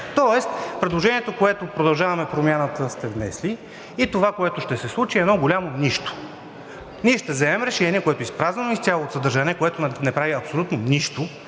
Тоест предложението, което от „Продължаваме Промяната“ сте внесли, и това, което ще се случи, е едно голямо нищо. Ние ще вземем решение, което е изпразнено изцяло от съдържание, което не прави абсолютно нищо